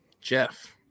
Jeff